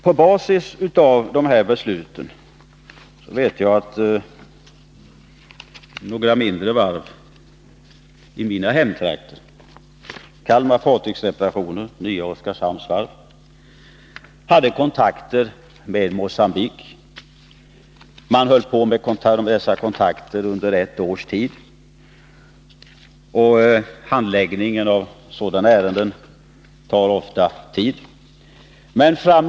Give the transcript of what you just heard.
Jag vet att några mindre varv i mina hemtrakter — Fartygsreparationer i Kalmar och Nya Oskarshamns Varv — hade kontakter med Mogambique på basis av vad som beslutades i riksdagen. Kontakterna varade under ett års tid. Handläggningen av sådana här ärenden tar ju ofta lång tid.